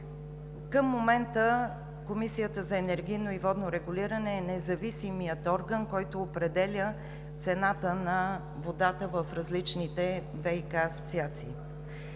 Към момента Комисията за енергийно и водно регулиране е независимият орган, който определя цената на водата в различните ВиК асоциации.